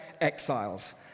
exiles